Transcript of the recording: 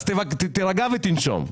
תירגע ותנשום.